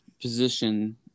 position